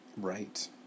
Right